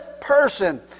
person